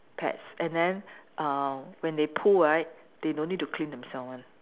pets and then uh when they poo right they no need to clean themselves [one]